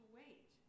wait